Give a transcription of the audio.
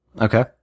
Okay